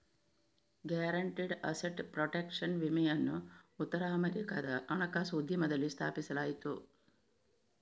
guaranteed asset protection ವಿಮೆಯನ್ನು ಉತ್ತರ ಅಮೆರಿಕಾದ ಹಣಕಾಸು ಉದ್ಯಮದಲ್ಲಿ ಸ್ಥಾಪಿಸಲಾಯಿತು